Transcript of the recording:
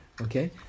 Okay